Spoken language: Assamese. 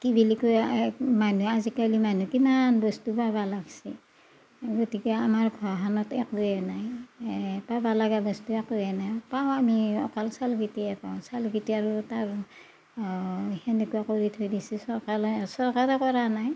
কি বুলি কয় মানুহ আজিকালি মানুহ কিমান বস্তু পাবা লাগিছে গতিকে আমাৰ ঘৰখনতো একোৱেই নাই পাবা লগা বস্তুৱে একোৱে নাই পাওঁ আমি অকল চাউলকিটিয়ে পাওঁ চাউলকিটিয়ে আৰু তাৰ সেনেকুৱা কৰি থৈ দিছে চৰকাৰে চৰকাৰে কৰা নাই